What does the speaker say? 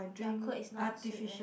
their Coke is not sweet eh